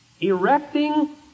Erecting